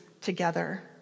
together